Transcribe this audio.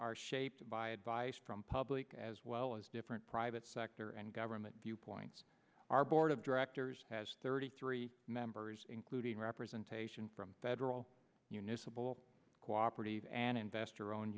are shaped by advice from public as well as different private sector and government viewpoints our board of directors has thirty three members including representation from federal unison bull cooperative and investor owned